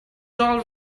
all